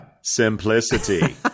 simplicity